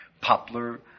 poplar